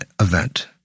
event